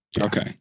okay